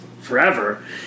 forever